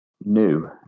new